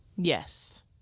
Yes